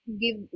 give